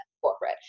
corporate